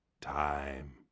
Time